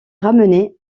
ramener